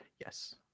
Yes